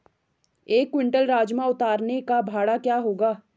एक क्विंटल राजमा उतारने का भाड़ा क्या होगा?